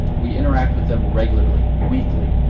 we interact with them regularly, weekly.